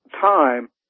time